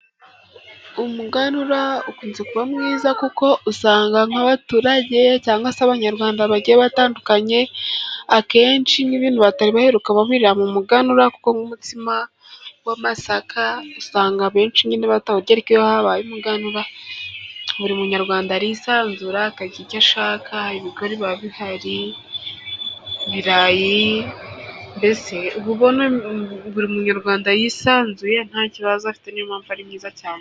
Umuganura ukunze kuba mwiza kuko usanga nk'abaturage cyangwa se abanyarwanda bagiye batandukanye Akenshi nk'ibintu badaheruka babirira mu muganura. Nk'umutsima w'amasaka usanga abenshi nyine batawugerya. Iyo habaye umuganura buri munyarwanda arisanzura akarya icyo ashaka : ibigori biba bihari, ibirayi, mbese buri munyarwanda yisanzuye, nta kibazo afite. Ni yo mpamvu ari mwiza cyane.